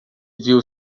viu